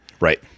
Right